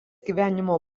gyvenimo